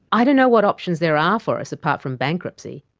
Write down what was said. i don't know what options there are for us, apart from bankruptcy.